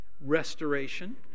restoration